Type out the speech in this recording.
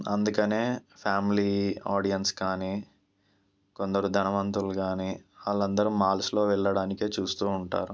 అందుకనే family audience కానీ కొందరు ధనవంతులు కానీ వాళ్ళందరూ మాల్స్లో వెళ్లడానికి చూస్తూ ఉంటారు